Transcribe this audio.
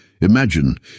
Imagine